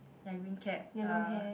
ya green cap uh